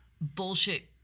bullshit